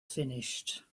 finished